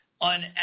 on